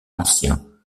ancien